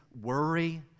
worry